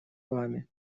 вами